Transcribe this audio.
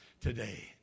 today